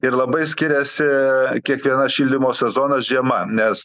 ir labai skiriasi kiekvienas šildymo sezonas žiema nes